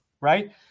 right